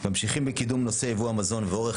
ממשיכים בקידום נושא ייבוא המזון ואורך